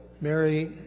Mary